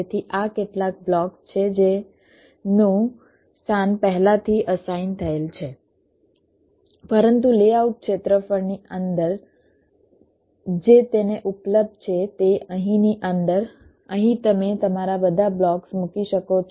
તેથી આ કેટલાક બ્લોક્સ છે જેમનું સ્થાન પહેલાથી અસાઇન થયેલ છે પરંતુ લેઆઉટ ક્ષેત્રફળની અંદર જે તેને ઉપલબ્ધ છે તે અહીંની અંદર અહીં તમે તમારા બધા બ્લોક્સ મૂકી શકો છો